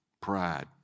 Pride